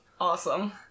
Awesome